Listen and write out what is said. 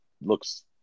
looks